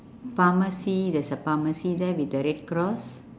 pharmacy there's a pharmacy there with a red cross